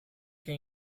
que